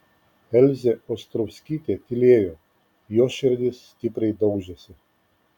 elzė ostrovskytė tylėjo jos širdis stipriai daužėsi